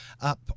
up